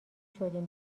شدیم